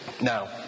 Now